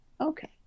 Okay